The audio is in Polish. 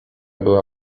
była